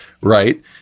right